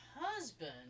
husband